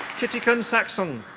kittikun saksung.